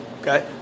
Okay